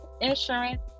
insurance